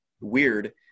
weird